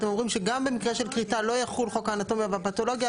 אתם אומרים שגם במקרה של כריתה לא יחול חוק האנטומיה והפתולוגיה,